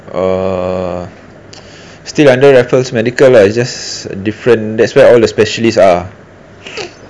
err still under raffle's medical lah it's just different that's where all the specialist are